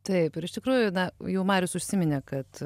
taip ir iš tikrųjų na jau marijus užsiminė kad